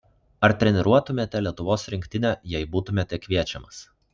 ar treniruotumėte lietuvos rinktinę jei būtumėte kviečiamas